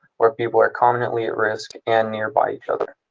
where people are constantly at risk and nearby each other.